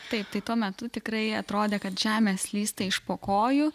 taip tai tuo metu tikrai atrodė kad žemė slysta iš po kojų